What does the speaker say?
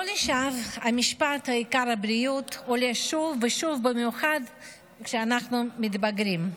לא לשווא המשפט "העיקר הבריאות" עולה שוב ושוב במיוחד כשאנחנו מתבגרים.